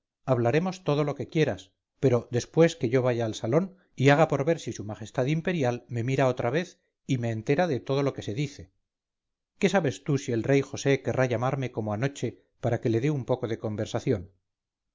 hablaremos todo lo que quieras pero después que yo vaya al salón y haga por ver si s m i me mira otra vez y me entera de todo lo que se dice qué sabes tú si el rey josé querrá llamarme como anoche para que le dé un poco de conversación